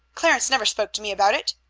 clarence never spoke to me about it.